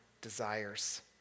desires